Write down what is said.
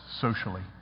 socially